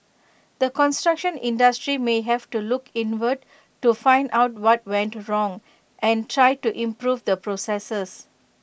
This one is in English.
the construction industry may have to look inward to find out what went wrong and try to improve the processes